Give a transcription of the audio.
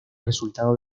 resultado